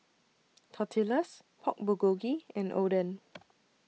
Tortillas Pork Bulgogi and Oden